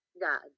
God